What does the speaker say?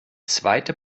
zweite